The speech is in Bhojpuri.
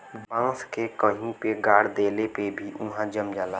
बांस के कहीं पे गाड़ देले पे भी उहाँ जम जाला